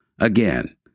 Again